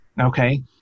okay